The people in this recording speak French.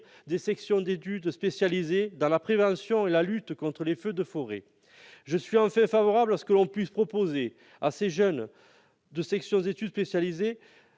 des sections d'études spécialisées dans la prévention et la lutte contre les feux de forêt. Je suis enfin favorable à ce que l'on puisse proposer à ces jeunes de continuer cette